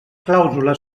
clàusula